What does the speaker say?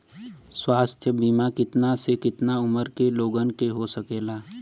स्वास्थ्य बीमा कितना से कितना उमर के लोगन के हो सकेला?